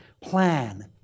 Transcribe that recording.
plan